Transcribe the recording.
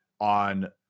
on